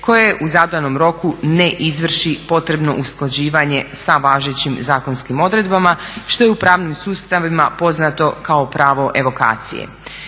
koje u zadanom roku ne izvrši potrebno usklađivanje sa važećim zakonskim odredbama što je u pravnim sustavima poznato kao pravo evokacije.